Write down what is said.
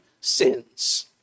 sins